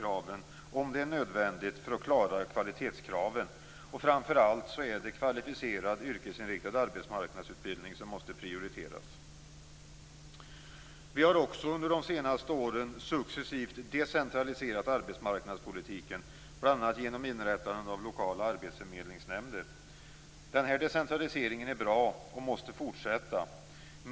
Framför allt är det kvalificerad yrkesinriktad arbetsmarknadsutbildning som måste prioriteras. Denna decentralisering är bra och måste fortsätta.